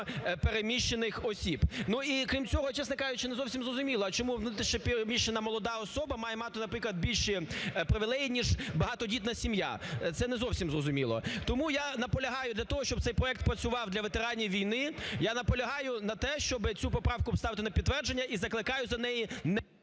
переміщених осіб. Ну, і крім цього, чесно кажучи, не зовсім зрозуміло, а чому внутрішньо переміщена молода особа має мати, наприклад, більші привілеї ніж багатодітна сім'я. Це не зовсім зрозуміло. Тому я наполягаю для того, щоб цей проект працював для ветеранів війни, я наполягаю на тому, щоб цю поправку поставити на підтвердження і закликаю за неї не…